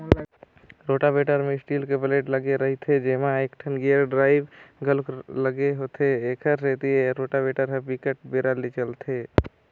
rotavator म steel के blade लगे रहिथे जेमा एकठन गेयर ड्राइव घलोक लगे होथे, एखरे सेती ए रोटावेटर ह बिकट बेरा ले चलथे